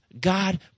God